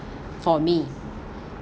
for me